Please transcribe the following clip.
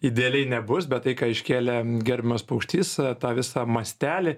idealiai nebus bet tai ką iškelė gerbiamas paukštys tą visą mastelį